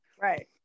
Right